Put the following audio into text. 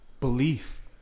belief